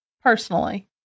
personally